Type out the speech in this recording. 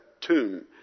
tomb